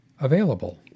available